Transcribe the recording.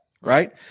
Right